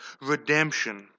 redemption